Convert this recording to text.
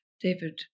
David